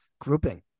grouping